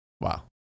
Wow